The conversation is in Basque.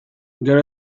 gero